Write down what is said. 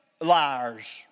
Liars